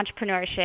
entrepreneurship